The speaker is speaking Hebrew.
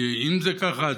אם זה ככה,